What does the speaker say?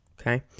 okay